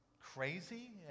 crazy